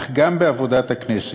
אך גם בעבודת הכנסת.